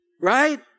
right